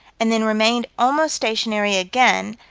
and then remained almost stationary again,